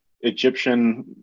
Egyptian